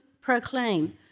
proclaim